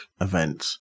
events